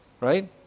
Right